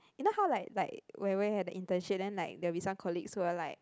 you know how like like when when we had the internship then like there will be some colleagues who will like